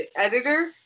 editor